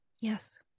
Yes